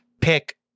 pick